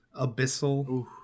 Abyssal